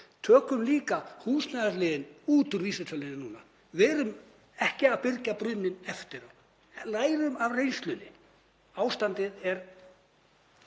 Tökum líka húsnæðisliðinn út úr vísitölunni núna. Verum ekki að byrgja brunninn eftir á, lærum af reynslunni. Ástandið er